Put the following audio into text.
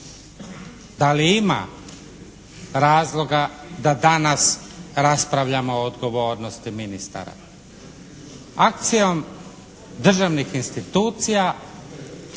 Da li ima razloga da danas raspravljamo o odgovornosti ministara? Akcijom državnih institucija